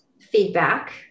feedback